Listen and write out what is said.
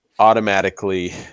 automatically